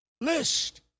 list